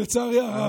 לצערי הרב,